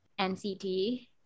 NCT